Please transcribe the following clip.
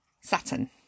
Saturn